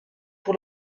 pour